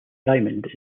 diamond